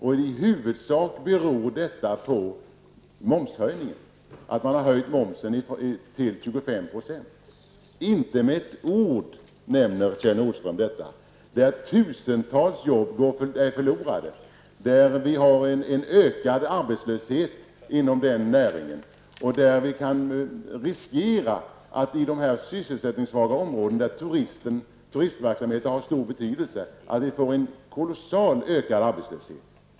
Och i huvudsak beror den på att momsen har höjts till 25 %. Inte med ett ord nämnde Kjell Nordström detta. Tusentals jobb har gått förlorade inom näringen, och arbetslösheten ökar. I de sysselsättningssvaga områdena, där turistverksamheten har stor betydelse, riskerar man en kolossal ökning av arbetslösheten.